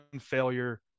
failure